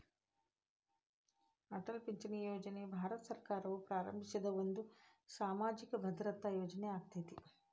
ಅಟಲ್ ಪಿಂಚಣಿ ಯೋಜನೆಯು ಭಾರತ ಸರ್ಕಾರವು ಪ್ರಾರಂಭಿಸಿದ ಒಂದು ಸಾಮಾಜಿಕ ಭದ್ರತಾ ಯೋಜನೆ ಆಗೇತಿ